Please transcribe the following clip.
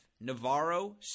Navarro